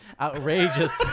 outrageous